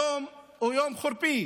היום הוא יום חורפי